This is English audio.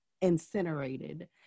incinerated